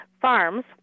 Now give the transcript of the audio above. farms